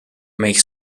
make